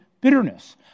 bitterness